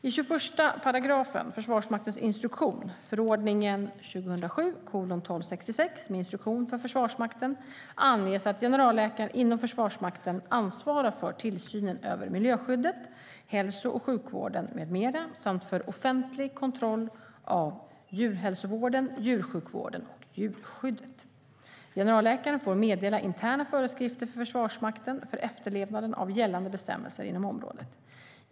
I 21 § i Försvarsmaktens instruktion - förordningen med instruktion för Försvarsmakten - anges att generalläkaren inom Försvarsmakten ansvarar för tillsynen över miljöskyddet, hälso och sjukvården med mera samt för offentlig kontroll av djurhälsovården, djursjukvården och djurskyddet. Generalläkaren får meddela interna föreskrifter för Försvarsmakten för efterlevnaden av gällande bestämmelser inom området.